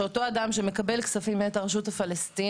שאותו אדם שמקבל כספים מאת הרשות הפלסטינית,